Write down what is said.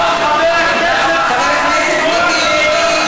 חבר הכנסת מיקי לוי,